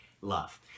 love